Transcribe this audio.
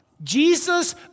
Jesus